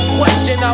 question